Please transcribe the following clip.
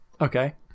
okay